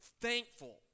thankful